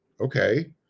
okay